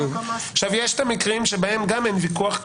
יש עוד מקרים שבהם אין ויכוח,